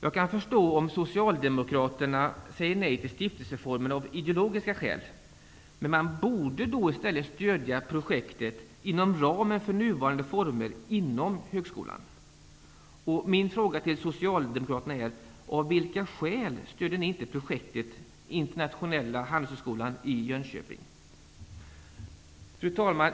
Jag kan förstår om Socialdemokraterna säger nej till stiftelseformen av ideologiska skäl, men man borde då i stället stödja projektet i nuvarande former inom högskolan. Min fråga till Socialdemokraterna är: Av vilka skäl stöder ni inte projektet Internationella handelshögskolan i Jönköping? Fru talman!